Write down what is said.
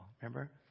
Remember